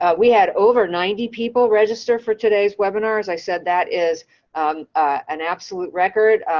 we had over ninety people register for today's webinar. as i said, that is an absolute record.